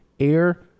Air